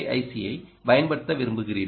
யைப் பயன்படுத்த விரும்புகிறீர்களா